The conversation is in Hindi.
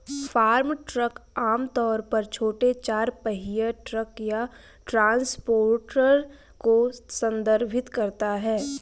फार्म ट्रक आम तौर पर छोटे चार पहिया ट्रक या ट्रांसपोर्टर को संदर्भित करता है